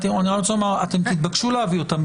אתם תתבקשו להביא אותם,